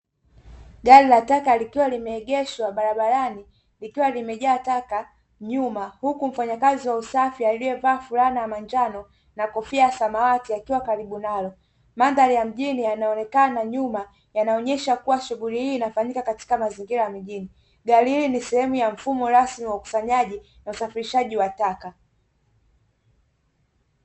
Gari la taka likiwa limeegeshwa barabarani likiwa limejaa taka nyuma huku mfanyakazi wa usafi aliyevaa fulana ya manjano na kofia ya samawati akiwa karibu nalo. Mandhari ya mjini yanaonekana nyuma yanaonyesha kuwa shughuli hii inafanyika katika mazingira ya mijini, gari hili ni sehemu ya mfumo rasmi wa ukusanyaji na usafirishaji wa taka.